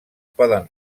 poden